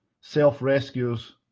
Self-rescuers